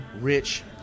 rich